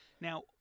Now